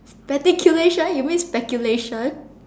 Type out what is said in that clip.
speculation you mean speculation